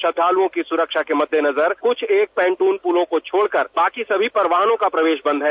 श्रद्धालुओं की सुरक्षा के मद्देनजर कुछ एक पैंटून पुलों को छोड़कर बाकी सभी पर भारी वाहनों का यातायात बंद है